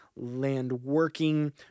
landworking